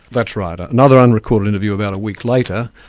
that's right, ah another unrecorded interview about a week later,